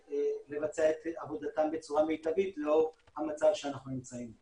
לבצע את עבודתם בצורה מיטבית לאור המצב שבו אנחנו נמצאים,